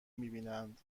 میبینند